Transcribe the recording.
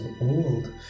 old